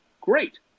great